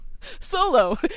Solo